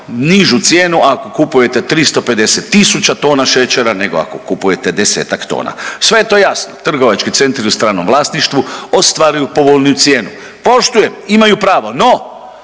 nižu cijenu ako kupujete 350 tisuća tona šećera nego ako kupujete desetak tona. Sve je to jasno, trgovački centri u stranom vlasništvu ostvaruju povoljniju cijenu, poštujem, imaju pravo. No,